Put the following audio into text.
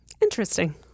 interesting